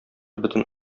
бөтен